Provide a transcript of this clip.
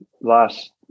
last